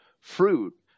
fruit